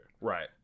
right